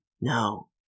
no